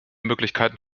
möglichkeiten